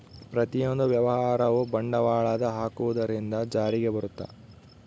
ಪ್ರತಿಯೊಂದು ವ್ಯವಹಾರವು ಬಂಡವಾಳದ ಹಾಕುವುದರಿಂದ ಜಾರಿಗೆ ಬರುತ್ತ